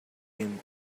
him